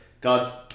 God's